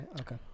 Okay